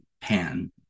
Pan